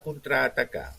contraatacar